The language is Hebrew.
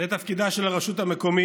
זה תפקידה של הרשות המקומית,